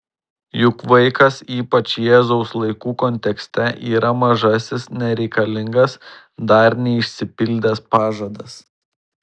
juk vaikas ypač jėzaus laikų kontekste yra mažasis nereikalingas dar neišsipildęs pažadas